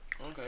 Okay